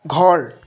ঘৰ